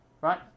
right